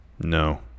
No